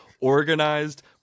organized